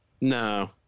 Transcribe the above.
No